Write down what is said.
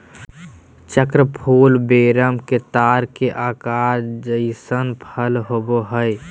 चक्र फूल वेरम के तार के आकार जइसन फल होबैय हइ